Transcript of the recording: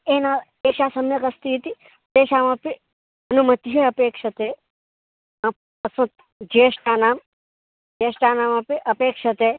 एनं एषा सम्यकस्ति इति तेषामपि अनुमतिः अपेक्षते आम् अस्मत् ज्येष्ठानां ज्येष्ठानमपि अपेक्षते